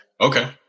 Okay